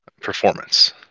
performance